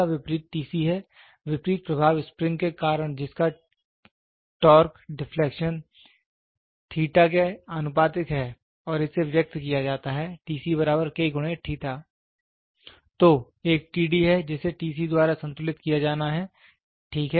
का विपरीत है विपरीत प्रभाव स्प्रिंग के कारण जिसका टॉर्क डिफलेक्शन के आनुपातिक है और इसे व्यक्त किया जाता है K × तो एक है जिसे द्वारा संतुलित किया जाना है ठीक है